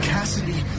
Cassidy